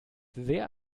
sehr